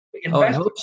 investors